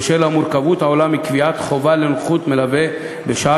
בשל המורכבות העולה מקביעת חובה לנוכחות מלווה בשעה